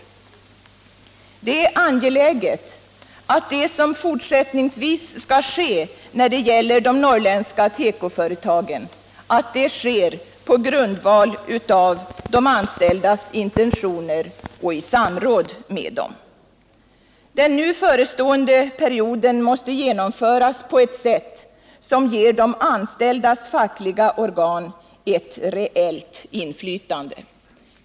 Det är angeläget att det som fortsättningsvis skall ske när det gäller de norrländska tekoföretagen görs på grundval av de anställdas intentioner och i samråd med dem. Den nu förestående perioden måste genomföras på ett sätt som ger de anställdas fackliga organ ett reellt inflytande.